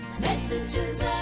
Messages